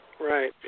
Right